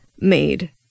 made